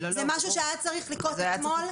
זה משהו שהיה צריך לקרות אתמול,